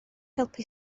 helpu